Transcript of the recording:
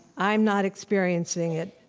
i'm not experiencing it,